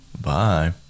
Bye